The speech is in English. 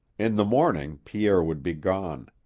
in the morning pierre would be gone.